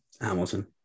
hamilton